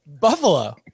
Buffalo